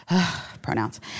pronouns